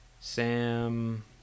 Sam